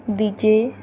DJ